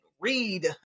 read